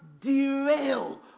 derail